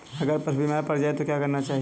अगर पशु बीमार पड़ जाय तो क्या करना चाहिए?